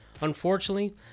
Unfortunately